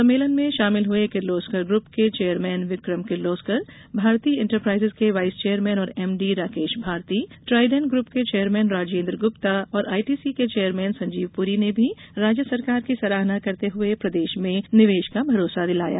सम्मेलन में शामिल हुए किलोस्कर ग्रूप के चेयरमेन विक्रम किर्लोस्कर भारती इंटरप्राइजेस के वाईस चेयरमेन और MD Rakesh Bharti Trident group के चेयरमेन राजेन्द्र गुप्ता और आईटीसी के चेयरमेन संजीव पुरी ने भी राज्य सरकार की सराहना करते हुए प्रदेश में निवेश का भरोसा दिलाया